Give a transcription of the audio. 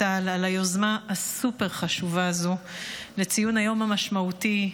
טל על היוזמה הסופר חשובה הזאת לציון היום המשמעותי,